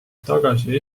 tagasi